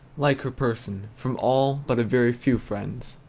like her person, from all but a very few friends